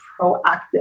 proactive